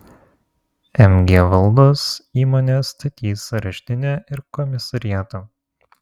mg valdos įmonė statys areštinę ir komisariatą